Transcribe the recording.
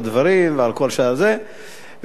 ובאמת,